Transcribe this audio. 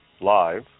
live